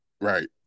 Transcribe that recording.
right